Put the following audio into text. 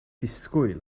disgwyl